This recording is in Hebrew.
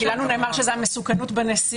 כי לנו נאמר שזה המסוכנות בנסיעה.